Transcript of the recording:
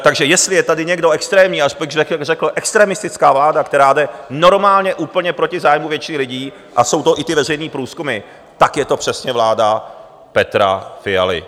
Takže jestli je tady někdo extrémní, řekl bych extremistická vláda, která jde normálně úplně proti zájmu většiny lidí, a jsou to i ty veřejný průzkumy, tak je to přesně vláda Petra Fialy.